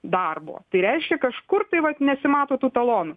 darbo tai reiškia kažkur tai vat nesimato tų talonų